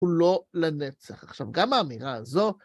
הוא לא לנצח. עכשיו, גם האמירה הזו...